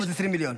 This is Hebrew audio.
720 מיליון,